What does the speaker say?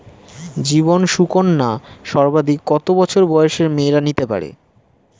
জীবন সুকন্যা সর্বাধিক কত বছর বয়সের মেয়েরা নিতে পারে?